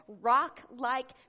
rock-like